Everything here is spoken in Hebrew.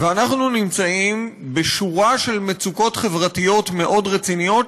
ואנחנו נמצאים בשורה של מצוקות חברתיות מאוד רציניות,